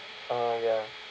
ah ya